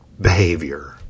behavior